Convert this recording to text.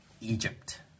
Egypt